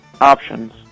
options